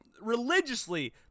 religiously